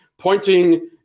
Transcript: pointing